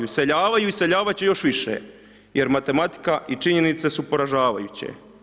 Iseljavaju i iseljavati će još više, jer matematika i činjenice su poražavajuće.